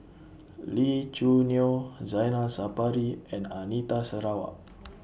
Lee Choo Neo Zainal Sapari and Anita Sarawak